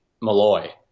Malloy